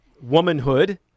womanhood